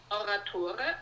Oratore